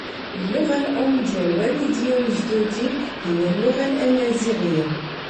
اللغة الأم ديال واليديا أو جدودي هي اللغة الأمازيغية